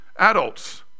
Adults